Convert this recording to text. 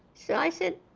so i said,